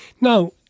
now